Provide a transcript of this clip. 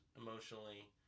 emotionally